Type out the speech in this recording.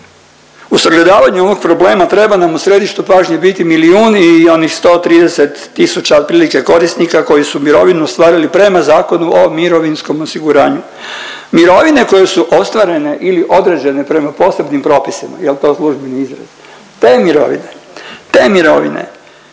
U sagledavanju ovog problema treba nam u središtu pažnje biti milijun i onih 130 tisuća otprilike korisnika koji su mirovinu ostvarili prema Zakonu o mirovinskom osiguranju. Mirovine koje su ostvarene ili određene prema posebnim propisima, jel to službeni izraz, te mirovine, te mirovine,